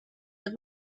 had